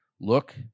Look